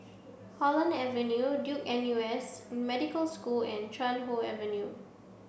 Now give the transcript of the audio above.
Holland Avenue Duke N U S Medical School and Chuan Hoe Avenue